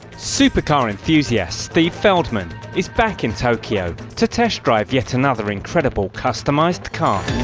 supercar enthusiast steve feldman is back in tokyo to test drive yet another incredible customised car.